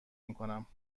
میکنم